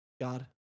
God